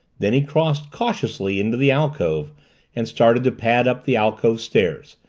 then he crossed cautiously into the alcove and started to pad up the alcove stairs,